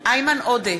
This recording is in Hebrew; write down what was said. איימן עודה,